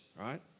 right